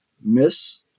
miss